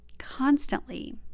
constantly